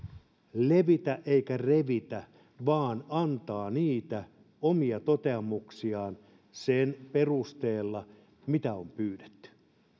levitä eikä revitä vaan antaa niitä omia toteamuksiaan sen perusteella mitä on pyydetty